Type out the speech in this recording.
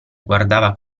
guardava